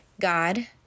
God